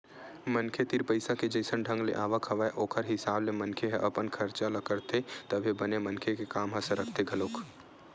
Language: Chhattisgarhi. मनखे तीर पइसा के जइसन ढंग ले आवक हवय ओखर हिसाब ले मनखे ह अपन खरचा ल करथे तभे बने मनखे के काम ह सरकथे घलोक